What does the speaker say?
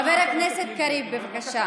חבר הכנסת קריב, בבקשה